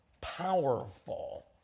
powerful